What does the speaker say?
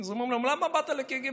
אז אומרים לו: למה באת לקג"ב,